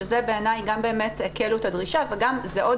שבעיני זה גם שהקלו את הדרישה וגם זו עוד